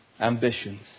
ambitions